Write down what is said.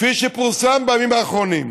כפי שפורסם בימים האחרונים,